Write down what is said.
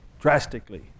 drastically